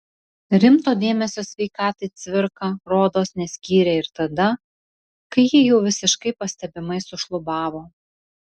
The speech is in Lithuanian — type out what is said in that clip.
rimto dėmesio sveikatai cvirka rodos neskyrė ir tada kai ji jau visiškai pastebimai sušlubavo